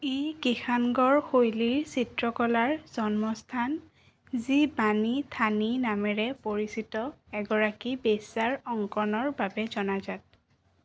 ই কিষাণগড় শৈলীৰ চিত্ৰকলাৰ জন্মস্থান যি বাণী থানী নামেৰে পৰিচিত এগৰাকী বেশ্যাৰ অংকণৰ বাবে জনাজাত